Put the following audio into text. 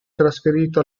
trasferito